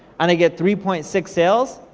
and i get three point six sales.